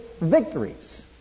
victories